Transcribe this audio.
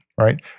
right